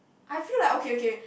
I feel like okay okay